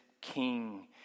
king